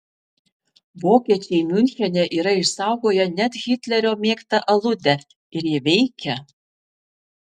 vokiečiai miunchene yra išsaugoję net hitlerio mėgtą aludę ir ji veikia